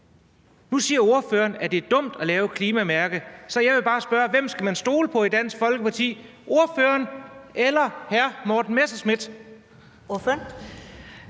Nu siger ordføreren, at det er dumt at lave et klimamærke, så jeg vil bare spørge: Hvem skal man stole på i Dansk Folkeparti – ordføreren eller hr. Morten Messerschmidt? Kl.